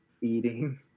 eating